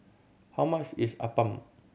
how much is appam